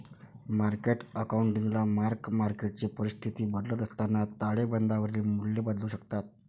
market अकाउंटिंगला mark मार्केटची परिस्थिती बदलत असताना ताळेबंदावरील मूल्ये बदलू शकतात